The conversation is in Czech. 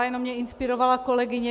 Jenom mě inspirovala kolegyně.